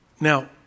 Now